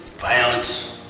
Violence